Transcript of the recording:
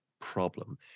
problem